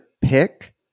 pick